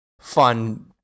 fun